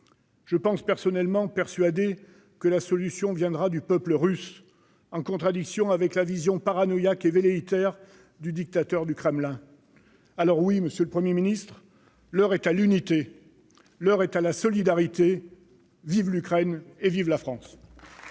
alliés. Personnellement, je suis persuadé que la solution viendra du peuple russe, en contradiction avec la vision paranoïaque et velléitaire du dictateur du Kremlin. Alors oui, monsieur le Premier ministre, l'heure est à l'unité et à la solidarité. Vive l'Ukraine et vive la France